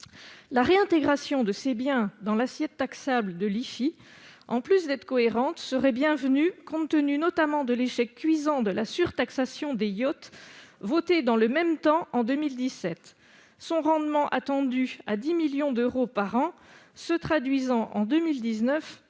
La réintégration de ces biens dans l'assiette taxable de l'IFI, en plus d'être cohérente, serait bienvenue, compte tenu notamment de l'échec cuisant de la surtaxation des yachts votée dans le même temps, en 2017. Alors qu'un rendement de 10 millions d'euros par an était attendu